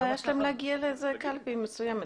מה הבעיה שלהם להגיע לקלפי מסוימת?